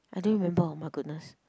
I don't remember oh my goodness